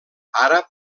àrab